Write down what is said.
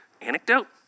anecdote